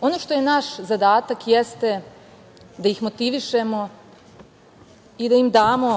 Ono što je naš zadatak jeste da ih motivišemo i da im damo